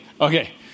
okay